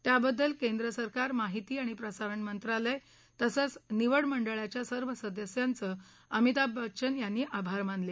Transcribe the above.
त्याबद्दल केंद्र सरकार महिती आणि प्रसारण मंत्रालय तसंच निवड मंडळाच्या सर्व सदस्यांचे अमिताभ बच्चन यांनी आभार मानले